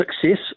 success